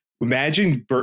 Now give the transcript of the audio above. imagine